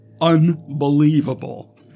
unbelievable